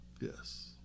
Yes